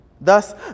Thus